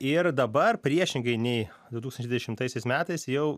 ir dabar priešingai nei du tūkstančiai dvidešimtaisiais metais jau